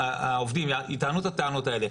והעובדים יענו לנו וייטענו את הטענות האלה,